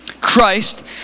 Christ